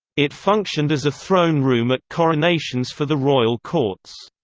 it functioned as a throne room at coronations for the royal courts.